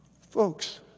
folks